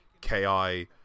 KI